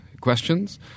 Questions